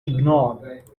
ignored